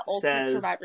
says